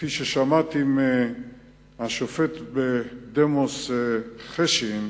כפי ששמעתי מהשופט בדימוס חשין,